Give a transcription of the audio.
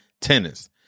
tennis